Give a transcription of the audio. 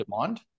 demand